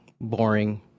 boring